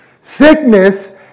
Sickness